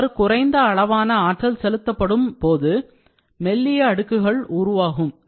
இவ்வாறு குறைந்த அளவான ஆற்றல் செலுத்தப்படும் போது மெல்லிய அடுக்குகள் உருவாகும்